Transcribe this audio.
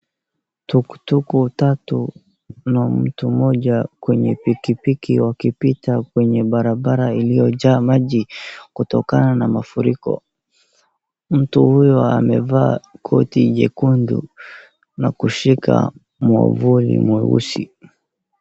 Tuktuk tatu na mtu moja kwenye pikipiki wakipita kwenye barabara iliyojaa maji kutokana na mafuriko. Mtu huyo amevaa koti jekundu na kushika mwavuli mweusi.